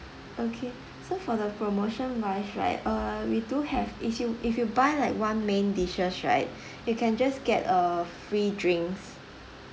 okay so for the promotion rice right uh we do have if you if you buy like one main dishes right you can just get a free drinks